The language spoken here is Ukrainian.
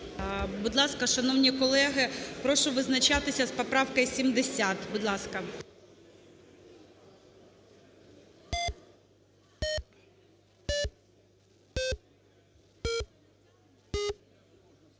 Будь ласка, шановні колеги, прошу визначатися з поправкою 70. Будь ласка.